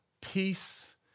peace